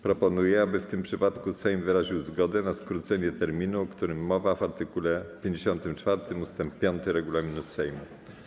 Proponuję, aby w tym przypadku Sejm wyraził zgodę na skrócenie terminu, o którym mowa w art. 54 ust. 5 regulaminu Sejmu.